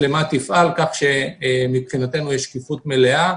המצלמה תפעל כך שמבחינתנו תהיה שקיפות מלאה.